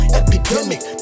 epidemic